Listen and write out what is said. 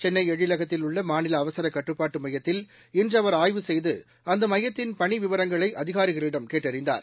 சென்னை எழிலகத்தில் உள்ள மாநில அவசரக்கட்டுப்பாட்டு மையத்தில் இன்று அவா் ஆய்வு செய்து இந்த மையத்தின் பணிவிவரங்களை அதிகாரிகளிடம் கேட்டறிந்தார்